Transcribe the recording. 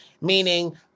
Meaning